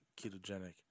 ketogenic